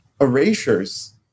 erasures